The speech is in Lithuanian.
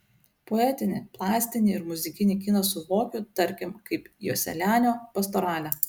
poetinį plastinį ir muzikinį kiną suvokiu tarkim kaip joselianio pastoralę